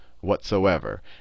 whatsoever